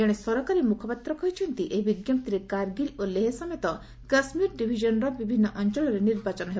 ଜଣେ ସରକାରୀ ମୁଖପାତ୍ର କହିଛନ୍ତି ଏହି ବିଜ୍ଞପ୍ତିରେ କାର୍ଗିଲ୍ ଓ ଲେହ ସମେତ କାଶ୍ମୀର ଡିଭିଜନ୍ର ବିଭିନ୍ନ ଅଞ୍ଚଳରେ ନିର୍ବାଚନ ହେବ